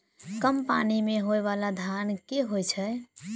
कम पानि मे होइ बाला धान केँ होइ छैय?